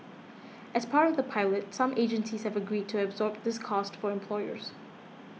as part of the pilot some agencies have agreed to absorb this cost for employers